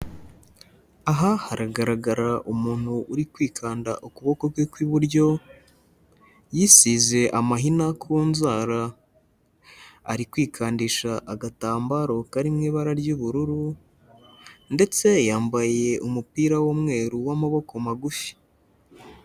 Aha haragaragara umuntu uri kwikanda ukuboko kwe kw'iburyo, yisize amahina ku nzara, ari kwikandisha agatambaro karimo ibara ry'ubururu, ndetse yambaye umupira w'umweru w'amaboko magufi.